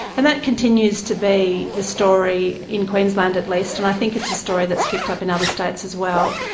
and that continues to be the story in queensland at least and i think it's a story that is picked up in other states as well.